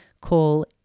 call